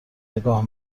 نگاه